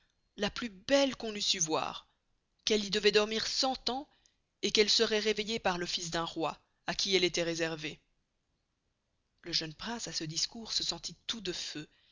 la plus belle du monde qu'elle y devoit dormir cent ans et qu'elle serait réveillée par le fils d'un roy à qui elle estoit reservée le jeune prince à ce discours se sentit tout de feu